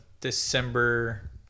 December